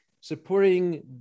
Supporting